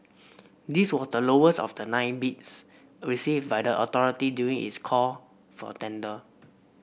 this was the lowest of the nine bids received by the authority during its call for tender